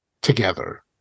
Together